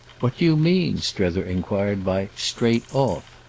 what do you mean, strether enquired, by straight off?